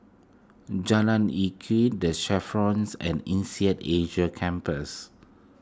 Jalan Lye Kwee the Chevrons and Indead Asia Campus